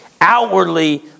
Outwardly